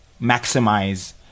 maximize